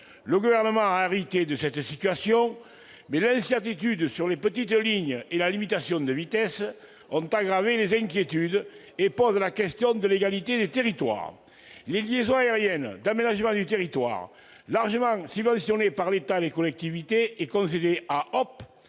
Le Gouvernement a hérité de cette situation, mais l'incertitude sur les petites lignes et la limitation de vitesse ont aggravé les inquiétudes et posent la question de l'égalité des territoires. Les liaisons aériennes d'aménagement du territoire, largement subventionnées par l'État et les collectivités et concédées à Hop